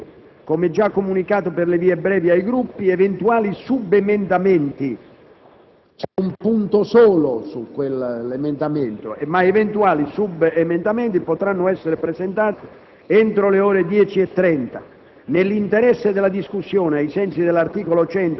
L'emendamento è già stato stampato e distribuito. Come già comunicato per le vie brevi ai Gruppi, eventuali subemendamenti - c'è un punto solo su quell'emendamento - potranno essere presentati entro le ore 10,30.